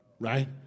Right